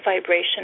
vibration